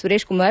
Suresh Kumar